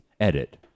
edit